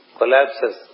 collapses